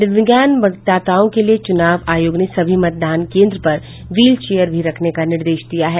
दिव्यांग मतदाताओं के लिए चुनाव आयोग ने सभी मतदान केन्द्र पर व्हील चेयर भी रखने का निर्देश दिया है